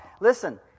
Listen